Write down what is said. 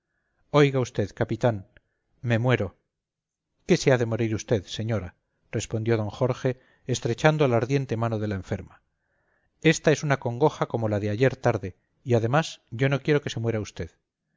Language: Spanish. oiga usted capitán me muero qué se ha de morir usted señora respondió d jorge estrechando la ardiente mano de la enferma ésta es una congoja como la de ayer tarde y además yo no quiero que se muera usted